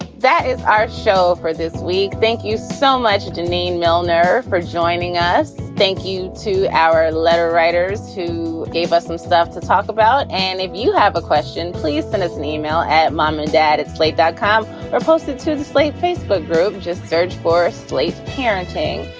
that is our show for this week. thank you so much, denene millner, for joining us. thank you to our letter writers who gave us some stuff to talk about. and if you have a question, please send us an email at mom and dad at slate. dotcom are posted to the slate facebook group. just search for slate's parenting.